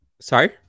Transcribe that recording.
Sorry